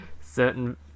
certain